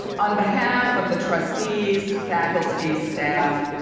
on behalf of the trustees, faculty, staff,